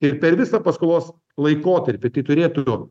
ir per visą paskolos laikotarpį tai turėtų